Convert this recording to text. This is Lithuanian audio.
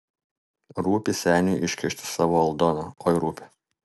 rūpi seniui iškišti savo aldoną oi rūpi